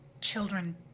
children